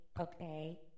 okay